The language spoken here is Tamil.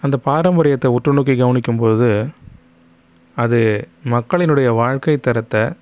அந்த பாரம்பரியத்தை உற்று நோக்கி கவனிக்கும்போது அது மக்களினுடைய வாழ்க்கை தரத்தை